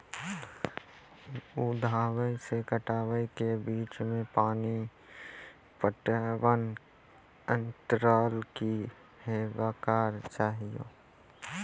बुआई से कटाई के बीच मे पानि पटबनक अन्तराल की हेबाक चाही?